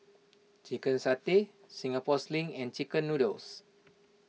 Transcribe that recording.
Chicken Satay Singapore Sling and Chicken Noodles